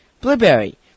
Blueberry